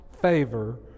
favor